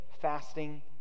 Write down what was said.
fasting